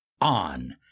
on